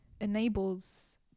enables